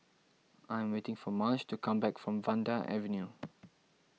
I am waiting for Marge to come back from Vanda Avenue